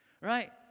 Right